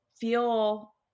feel